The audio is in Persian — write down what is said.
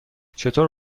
چطور